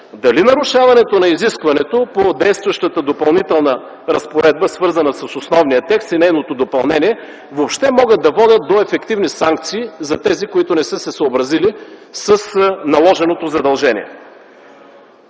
дали нарушаването на изискването по действащата Допълнителна разпоредба, свързана с основния текст и нейното допълнение, въобще може да води до ефективни санкции за тези, които не са се съобразили с наложеното задължение,